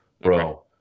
bro